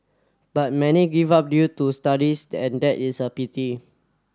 but many give up due to studies and that is a pity